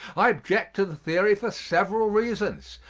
i object to the theory for several reasons.